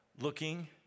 looking